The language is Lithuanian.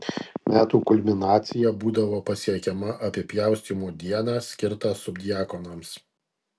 metų kulminacija būdavo pasiekiama apipjaustymo dieną skirtą subdiakonams